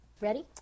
Ready